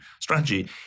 strategy